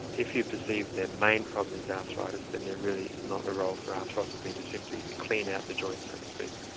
if you perceive that their main problem is arthritis then they're really not a role for arthroscopy to simply clean out the joint so to speak.